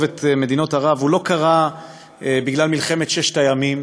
את מדינות ערב לא קרה בגלל מלחמת ששת הימים,